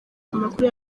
amakuru